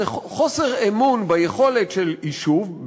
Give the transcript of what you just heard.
זה חוסר אמון ביכולת של יישוב,